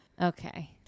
okay